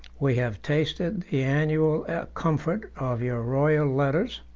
we have tasted the annual comfort of your royal letters,